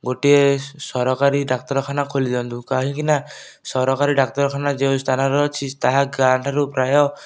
ଗୋଟିଏ ସରକାରୀ ଡାକ୍ତରଖାନା ଖୋଲିଦିଅନ୍ତୁ କାହିଁକିନା ସରକାରୀ ଡାକ୍ତରଖାନା ଯେଉଁ ସ୍ଥାନରେ ଅଛି ତାହା ଗାଁ ଠାରୁ ପ୍ରାୟ